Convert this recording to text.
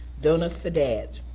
donuts for dads,